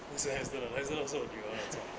不是 hamster lover 还是 also 我女儿的照